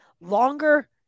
longer